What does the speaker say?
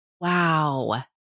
Wow